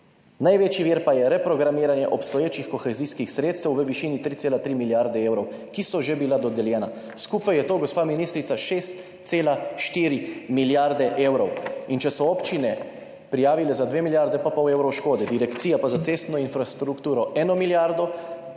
največji vir pa je reprogramiranje obstoječih kohezijskih sredstev v višini 3,3 milijarde evrov, ki so že bila dodeljena. Skupaj je to, gospa ministrica, 6,4 milijarde evrov in če so občine prijavile za 2 milijardi in pol evrov škode, Direkcija za cestno infrastrukturo pa 1 milijardo,